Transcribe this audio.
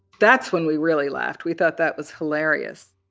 that's when we really laughed. we thought that was hilarious